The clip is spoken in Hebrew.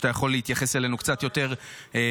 שאתה יכול להתייחס אלינו קצת יותר בנימוס.